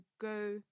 go